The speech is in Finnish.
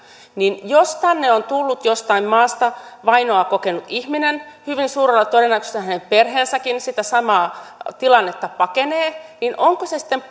jos tänne on tullut jostain maasta vainoa kokenut ihminen hyvin suurella todennäköisyydellä hänen perheensäkin sitä samaa tilannetta pakenee niin onko se sitten